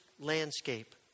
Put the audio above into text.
landscape